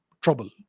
trouble